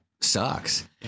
sucks